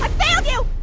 failed you,